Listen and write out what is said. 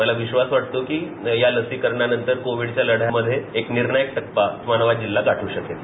मला विश्वास वाटतो की या लसीकरणानंतर कोविडच्या लढ्यामध्ये एक निर्णायक टप्पा उस्मानाबाद जिल्हा गाठ शकेल